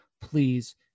Please